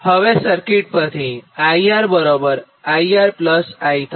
હવે સર્કિટ પરથી IR IC I થાય